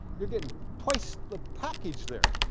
you get and twice the package there.